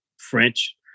french